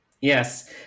Yes